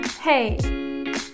Hey